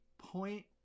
Point